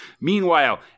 Meanwhile